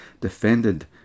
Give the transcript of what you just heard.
defended